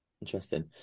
Interesting